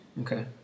Okay